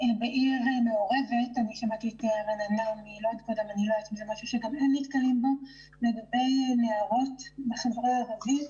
שזה הקול של נערות בחברה הערבית.